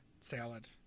salad